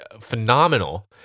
phenomenal